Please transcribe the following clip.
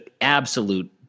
absolute